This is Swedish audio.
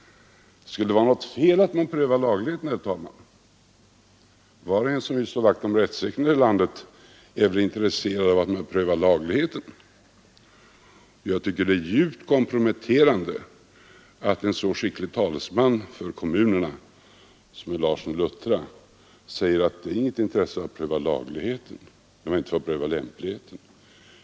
Skulle det vara något fel att man prövar lagligheten, herr talman? Var och en som vill slå vakt om rättssäkerheten i landet är väl intresserad av att man prövar lagligheten. Jag tycker det är djupt komprometterande att en så skicklig talesman för kommunerna som herr Larsson i Luttra säger att det inte är av något intresse att pröva lagligheten när man inte får pröva lämpligheten.